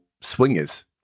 swingers